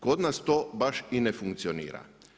Kod nas to baš i ne funkcionira.